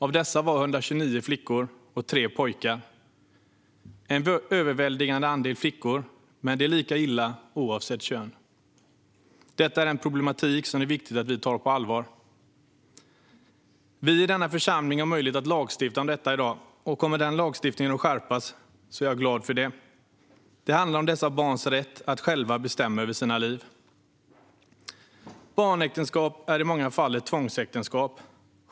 Av dessa barn var 129 flickor och 3 pojkar - en överväldigande andel flickor, men det är lika illa oavsett kön. Detta är en problematik som det är viktigt att vi tar på allvar. Vi i denna församling har möjlighet att lagstifta om detta i dag, och jag är glad över att lagstiftningen kommer att skärpas. Det handlar om dessa barns rätt att själva bestämma över sina liv. Barnäktenskap är i många fall ett tvångsäktenskap.